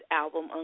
album